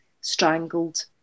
strangled